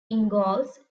ingalls